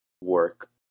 work